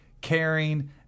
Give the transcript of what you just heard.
caring